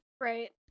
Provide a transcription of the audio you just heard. Right